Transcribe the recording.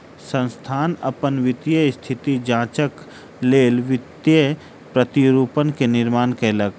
संस्थान अपन वित्तीय स्थिति जांचक लेल वित्तीय प्रतिरूपण के निर्माण कयलक